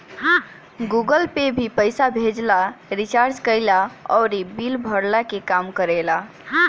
Google pay भी पईसा भेजला, रिचार्ज कईला अउरी बिल भरला के काम करेला